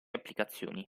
applicazioni